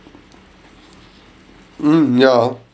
mm ya oh